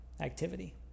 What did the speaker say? activity